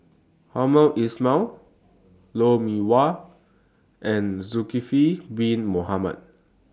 Hamed Ismail Lou Mee Wah and Zulkifli Bin Mohamed